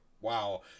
wow